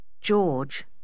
George